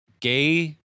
gay